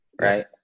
right